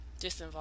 disinvolved